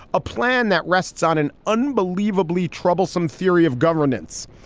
a plan that rests on an unbelievably troublesome theory of governance.